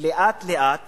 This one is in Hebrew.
לאט-לאט